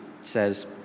says